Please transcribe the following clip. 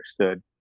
understood